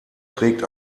trägt